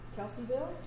Kelseyville